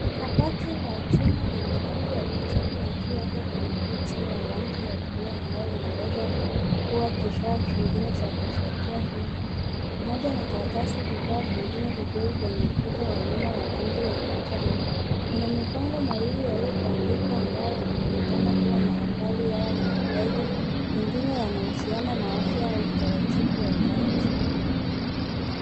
Kabati la chuma lenye rangi ya kijivu na juu yake kuna boksi ya rangi ya buluu ambayo inaweza kuwa kifaa kingine cha kuhifadhia vitu pamoja na karatasi bidhaa vingine vidogo kwenye ukuta wa nyuma wa rangi ya manjano. Kuna mabango mawili yaliyobandikwa ambayo yanaonekana kuwa na athari yao maelezo, pengine yanahusiana na afya au utaratibu wa kazi.